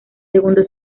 segundo